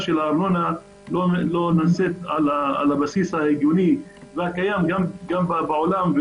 הארנונה על הבסיס ההגיוני והקיים גם בעולם,